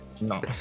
No